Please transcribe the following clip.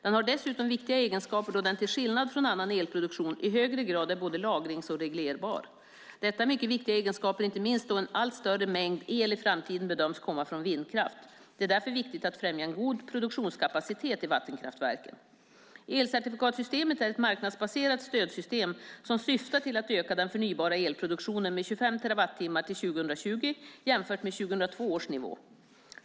Den har dessutom viktiga egenskaper då den, till skillnad från annan elproduktion, i högre grad är både lagrings och reglerbar. Detta är mycket viktiga egenskaper, inte minst då en allt större mängd el i framtiden bedöms komma från vindkraft. Det är därför viktigt att främja en god produktionskapacitet i vattenkraftverken. Elcertifikatssystemet är ett marknadsbaserat stödsystem som syftar till att öka den förnybara elproduktionen med 25 terawattimmar till 2020 jämfört med 2002 års nivå.